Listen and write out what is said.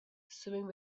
swimming